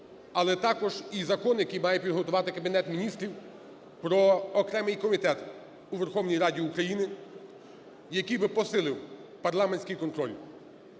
але також і Закон, який має підготувати Кабінет Міністрів, про окремий комітет у Верховній Раді України, який би посилив парламентський контроль.